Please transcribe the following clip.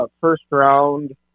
first-round